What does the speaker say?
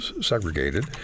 segregated